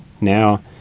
Now